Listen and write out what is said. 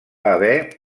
haver